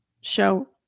show